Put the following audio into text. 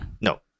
no